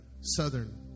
southern